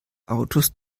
autos